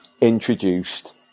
introduced